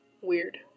weird